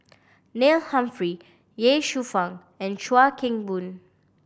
Neil Humphrey Ye Shufang and Chuan Keng Boon